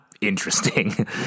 interesting